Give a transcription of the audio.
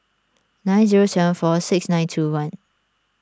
nine zero seven four six nine two one